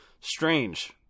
strange